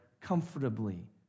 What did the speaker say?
comfortably